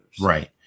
Right